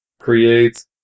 Create